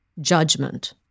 judgment